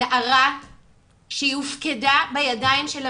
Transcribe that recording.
נערה שהיא הופקדה בידיים של המדינה,